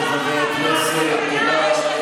חברות וחברי הכנסת, תודה.